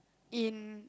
in